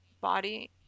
body